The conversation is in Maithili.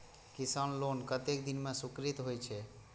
किसान लोन कतेक दिन में स्वीकृत होई छै?